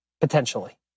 Potentially